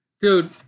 Dude